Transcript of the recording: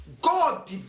God